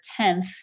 10th